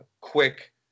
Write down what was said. quick